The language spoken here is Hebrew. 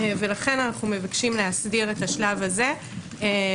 ולכן אנחנו מבקשים להסדיר את השלב הזה.